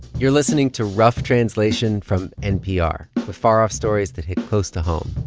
you're listening to rough translation from npr. we're far-off stories that hit close to home.